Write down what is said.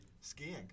Skiing